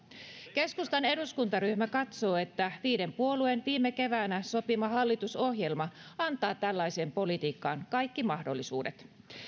keskustan eduskuntaryhmä katsoo että viiden puolueen viime keväänä sopima hallitusohjelma antaa tällaiseen politiikkaan kaikki mahdollisuudet